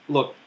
Look